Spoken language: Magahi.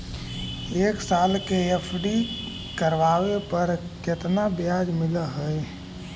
एक साल के एफ.डी करावे पर केतना ब्याज मिलऽ हइ?